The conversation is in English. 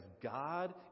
God